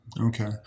Okay